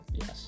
Yes